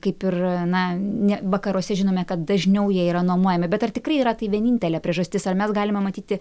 kaip ir na ne vakaruose žinome kad dažniau jie yra nuomojami bet ar tikrai yra tai vienintelė priežastis ar mes galime matyti